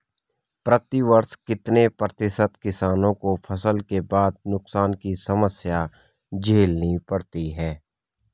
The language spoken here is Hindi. प्रतिवर्ष कितने प्रतिशत किसानों को फसल के बाद नुकसान की समस्या झेलनी पड़ती है?